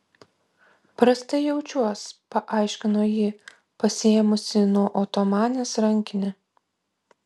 prastai jaučiuos paaiškino ji pasiėmusi nuo otomanės rankinę